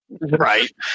Right